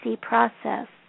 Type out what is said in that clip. process